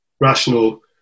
rational